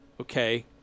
okay